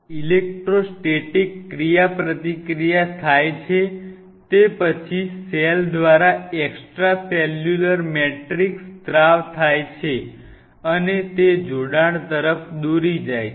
electrostatic ક્રિયાપ્રતિક્રિયા થાય છે તે પછી સેલ દ્વારા એક્સ્ટ્રા સેલ્યુલર મેટ્રિક્સ સ્ત્રાવ થાય છે અને તે જોડાણ તરફ દોરી જાય છે